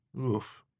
Oof